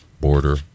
border